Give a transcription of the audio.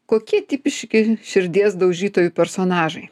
kokie tipiški širdies daužytojų personažai